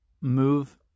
move